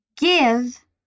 give